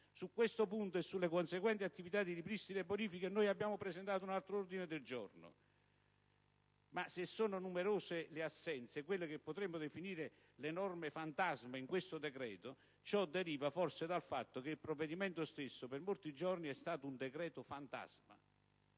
Su questo punto, e sulle conseguenti attività di ripristino e bonifica, abbiamo presentato un altro ordine del giorno. Ma se sono numerose le assenze, quelle che potremmo definire le norme fantasma in questo decreto, ciò deriva forse dal fatto che il provvedimento stesso per molti giorni è stato un decreto fantasma.